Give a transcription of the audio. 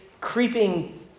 creeping